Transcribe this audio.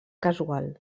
casual